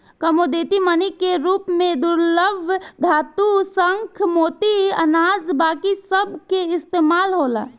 commodity money के रूप में दुर्लभ धातु, शंख, मोती, अनाज बाकी सभ के इस्तमाल होला